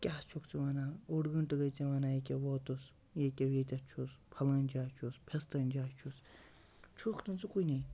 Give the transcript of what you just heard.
کیٛاہ چھُکھ ژٕ وَنان اوٚڑ گٲنٛٹہٕ گٔیے ژےٚ وَنان ییٚکیٛاہ ووتُس ییٚکیٛاہ ییٚتٮ۪تھ چھُس پھَلٲنۍ جاے چھُس پھِستٲنۍ جاے چھُس چھُکھ نہٕ ژٕ کُنے